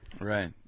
Right